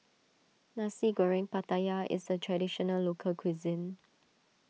Nasi Goreng Pattaya is a Traditional Local Cuisine